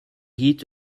heat